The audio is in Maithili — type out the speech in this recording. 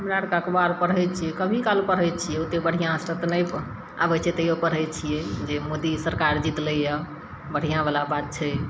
हमरा आओरके अखबार पढ़ै छिए कभी काल पढ़ै छिए ओतेक बढ़िआँसे तऽ नहि आबै छै तैओ पढ़ै छिए जे मोदी सरकार जितलै यऽ बढ़िआँवला बात छै